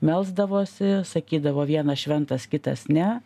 melsdavosi sakydavo vienas šventas kitas ne